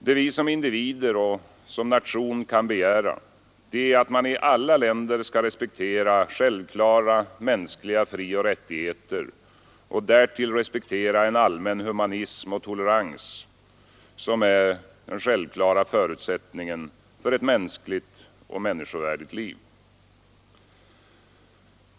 Det vi som individer och nation kan begära är att man i alla länder skall respektera självklara mänskliga frioch rättigheter och därtill respektera en allmän humanism och tolerans som är den självklara förutsättningen för ett mänskligt och människovärdigt liv.